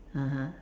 (uh huh)